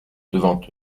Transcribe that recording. devant